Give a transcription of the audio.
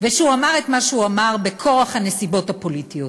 ושהוא אמר את מה שהוא אמר בכורח הנסיבות הפוליטיות.